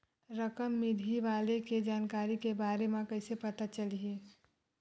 रकम मिलही वाले के जानकारी के बारे मा कइसे पता चलही?